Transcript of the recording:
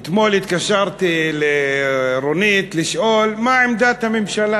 אתמול התקשרתי לרונית לשאול מה עמדת הממשלה